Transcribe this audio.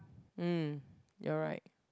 mm you're right